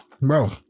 Bro